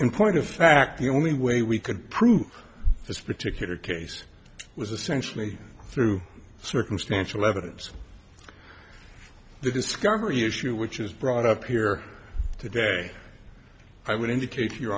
in point of fact the only way we could prove this particular case was essentially through circumstantial evidence the discovery issue which is brought up here today i would indicate you